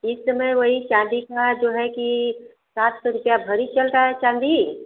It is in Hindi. इस समय वही चाँदी का जो है कि सात सौ रुपये भरी चल रहा है चाँदी